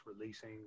releasing